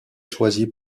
choisie